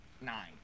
nine